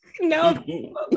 no